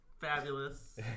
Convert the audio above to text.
fabulous